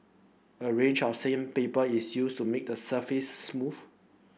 a range of sandpaper is used to make the surface smooth